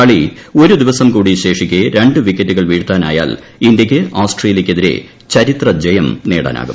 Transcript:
കളി ഒരു ദ്വിവസം കൂടി ശേഷിക്കെ രണ്ട് വിക്കറ്റുകൾ വീഴ്ത്താനായാൽ ഇന്ത്യയ്ക്ക് ഓസ്ട്രേലിയയ്ക്കെതിരെ ചരിത്രജയം നേടാനാകും